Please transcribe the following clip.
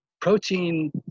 protein